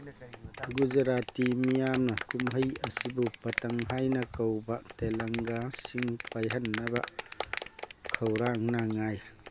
ꯒꯨꯖꯔꯥꯇꯤ ꯃꯤꯌꯥꯝꯅ ꯀꯨꯝꯍꯩ ꯑꯁꯤꯕꯨ ꯄꯇꯪ ꯍꯥꯏꯅ ꯀꯧꯕ ꯇꯦꯂꯪꯒꯥꯁꯤꯡ ꯄꯥꯏꯍꯟꯅꯕ ꯈꯧꯔꯥꯡꯅ ꯉꯥꯏ